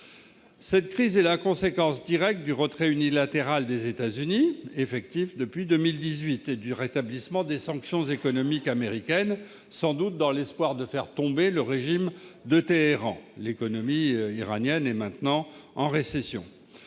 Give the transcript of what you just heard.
Cette crise est la conséquence directe du retrait unilatéral des États-Unis de l'accord de Vienne, effectif depuis 2018, et du rétablissement des sanctions économiques américaines, sans doute dans l'espoir de faire tomber le régime de Téhéran. L'économie iranienne est désormais en récession.